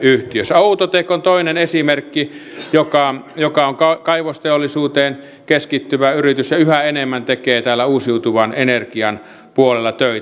outotec on toinen esimerkki joka on kaivosteollisuuteen keskittyvä yritys ja yhä enemmän tekee uusiutuvan energian puolella töitä